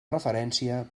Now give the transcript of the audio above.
referència